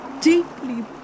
deeply